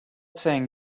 saying